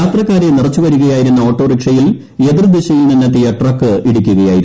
യാത്രക്കാരെ നിറച്ച് വരികയായിരുന്ന ഓട്ടോറിക്ഷയിൽ എതിർ ദിശയിൽ നിന്നെത്തിയ ട്രക്ക് ഇടിക്കുകയായിരുന്നു